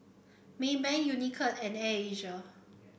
Maybank Unicurd and Air Asia